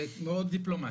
מאוד דיפלומטית.